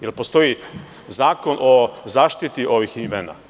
Da li postoji zakon o zaštiti ovih imena?